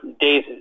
days